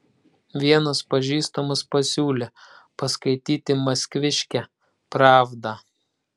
vienas pažįstamas pasiūlė paskaityti maskviškę pravdą